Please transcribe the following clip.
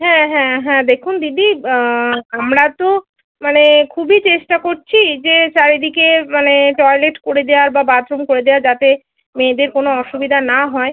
হ্যাঁ হ্যাঁ হ্যাঁ দেখুন দিদি আমরা তো মানে খুবই চেষ্টা করছি যে চারিদিকে মানে টয়লেট করে দেওয়ার বা বাথরুম করে দেওয়ার যাতে মেয়েদের কোনো অসুবিধা না হয়